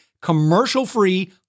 commercial-free